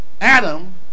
Adam